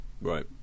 right